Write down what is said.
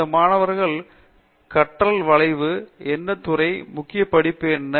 இந்த மாணவர்கள் கற்றல் வளைவு என்ன துறை முக்கிய படிப்புகள் என்ன